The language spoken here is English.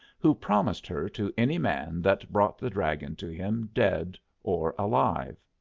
who promised her to any man that brought the dragon to him dead or alive.